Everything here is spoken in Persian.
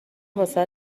واست